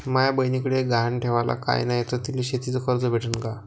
माया बयनीकडे गहान ठेवाला काय नाही तर तिले शेतीच कर्ज भेटन का?